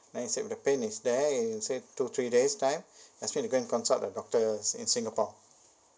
then he said if the pain is there he said in two three days time that means you go and consult a doctor in singapore